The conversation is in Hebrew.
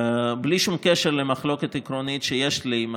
בלי שום קשר למחלוקת העקרונית שיש לי עם